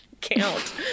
count